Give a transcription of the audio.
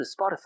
spotify